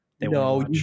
no